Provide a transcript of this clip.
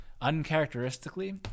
uncharacteristically